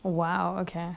!wow! okay